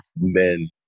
men